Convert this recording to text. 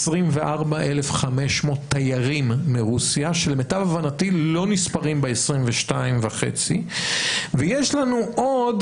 24,500 תיירים מרוסיה שלמיטב הבנתי לא נספרים ב-22,500 ויש לנו עוד